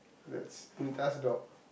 that's Punitha's dog